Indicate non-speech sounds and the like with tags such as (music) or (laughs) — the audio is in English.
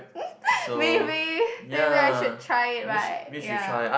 (laughs) maybe maybe I should try it right ya